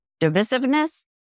divisiveness